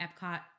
Epcot